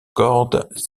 cordes